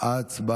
והגנת